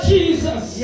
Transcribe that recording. Jesus